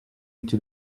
into